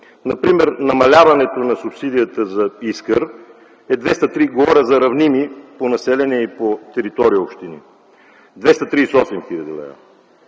Например намаляването на субсидията за Искър (говоря за равнени по население и територия общини) – 238 хил.